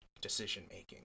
decision-making